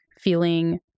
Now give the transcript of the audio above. feeling